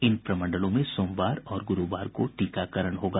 इन प्रमंडलों में सोमवार और ग्रूवार को टीकाकरण होगा